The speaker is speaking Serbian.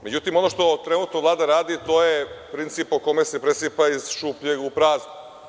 Međutim, ono što trenutno Vlada radi, to je princip u kome se presipa iz šupljeg u prazno.